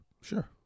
Sure